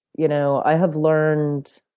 you know i have learned